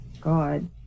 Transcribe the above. God